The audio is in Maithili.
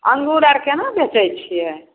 अङ्गूर आओर कोना बेचै छिए